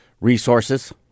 resources